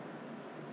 oh dear